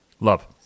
Love